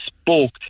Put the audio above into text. spoke